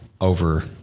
over